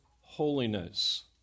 holiness